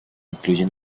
incluye